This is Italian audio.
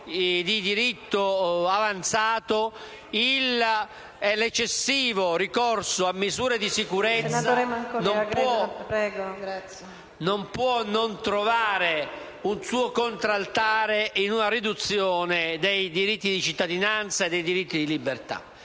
di diritto avanzato, l'eccessivo ricorso a misure di sicurezza non può non trovare un suo contraltare in una riduzione dei diritti di cittadinanza e dei diritti di libertà.